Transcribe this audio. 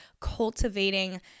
cultivating